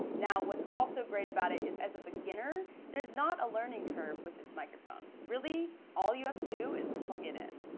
now what's also great about it is as a beginner, there's not a learning curve with this microphone. really all you have to do is plug it in.